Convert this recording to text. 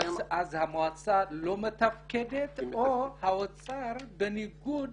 אז המועצה לא מתפקדת או האוצר בניגוד